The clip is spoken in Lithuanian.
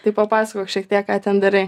tai papasakok šiek tiek ką ten darai